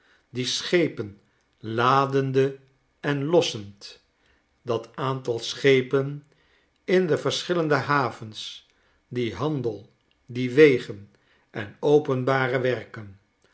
die schepen ladende en lossend dat aantal schepen in de verschillende havens die handel die wegen en openbare werken